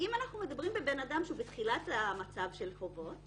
אם אנחנו מדברים על בן-אדם שהוא בתחילת המצב של חובות,